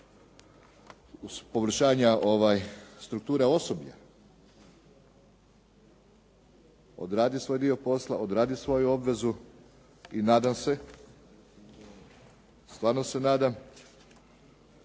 poboljšanja strukture osoblja odradi svoj dio posla, odradi svoju obvezu. I nadam se, stvarno se nadam